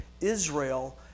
Israel